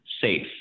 safe